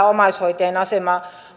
omaishoitajien asemaa